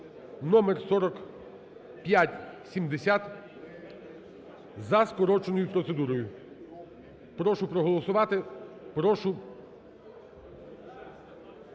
(номер 4570) за скороченою процедурою. Прошу проголосувати,